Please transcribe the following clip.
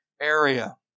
area